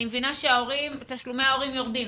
אני מבינה שתשלומי ההורים יורדים,